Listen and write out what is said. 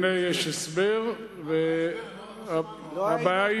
הנה יש הסבר, והבית, לא שמענו, מה ההסבר?